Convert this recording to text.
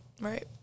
right